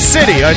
City